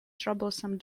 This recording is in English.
troublesome